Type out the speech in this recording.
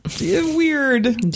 weird